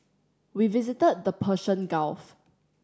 we visited the Persian Gulf